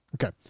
Okay